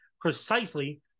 precisely